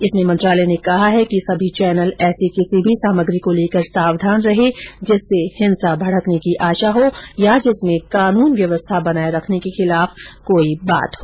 इसमें मंत्रालय ने कहा है कि सभी चैनल ऐसी किसी भी सामग्री को लेकर सावधान रहें जिससेहिंसा भड़कने की आशा हो या जिसमें कानून व्यवस्था बनाये रखने के खिलाफ कोई बात हो